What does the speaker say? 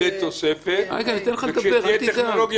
יש לכם את כל הזמן שנותר.